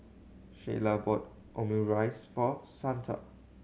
Sheyla bought Omurice for Santa